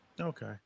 Okay